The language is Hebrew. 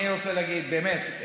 אני רוצה להגיד באמת,